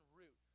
root